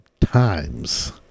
times